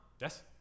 Yes